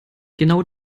genau